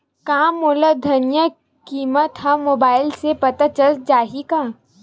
का मोला धनिया किमत ह मुबाइल से पता चल जाही का?